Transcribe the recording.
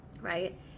right